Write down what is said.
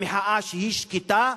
במחאה שקטה,